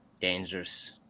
dangerous